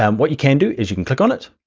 um what you can do is you can click on it,